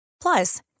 Plus